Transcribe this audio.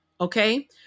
okay